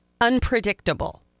unpredictable